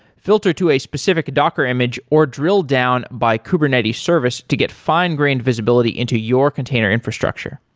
filter to a specific docker image or drill down by kubernetes service to get fine-grained visibility into your container infrastructure.